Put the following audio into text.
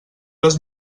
les